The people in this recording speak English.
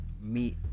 meet